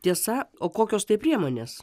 tiesa o kokios tai priemonės